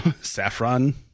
Saffron